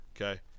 Okay